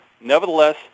Nevertheless